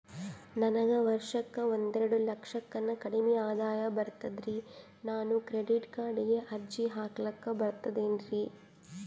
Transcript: ನನಗ ವರ್ಷಕ್ಕ ಒಂದೆರಡು ಲಕ್ಷಕ್ಕನ ಕಡಿಮಿ ಆದಾಯ ಬರ್ತದ್ರಿ ನಾನು ಕ್ರೆಡಿಟ್ ಕಾರ್ಡೀಗ ಅರ್ಜಿ ಹಾಕ್ಲಕ ಬರ್ತದೇನ್ರಿ?